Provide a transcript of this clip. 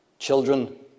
Children